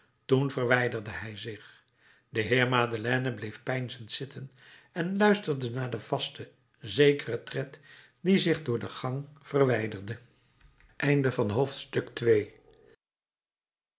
toen verwijderde hij zich de heer madeleine bleef peinzend zitten en luisterde naar den vasten zekeren tred die zich door de gang verwijderde